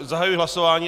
Zahajuji hlasování.